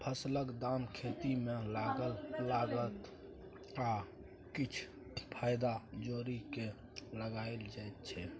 फसलक दाम खेती मे लागल लागत आ किछ फाएदा जोरि केँ लगाएल जाइ छै